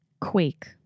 quake